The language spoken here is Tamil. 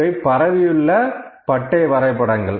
இவை பரவியுள்ள பட்டை வரைபடங்கள்